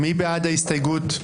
מי בעד ההסתייגות?